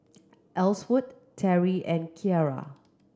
Elsworth Terrie and Ciera